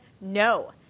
no